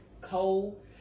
cold